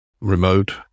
remote